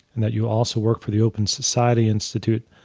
and that you also work for the open society institute.